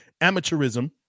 Amateurism